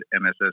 MSS